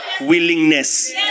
Willingness